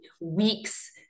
weeks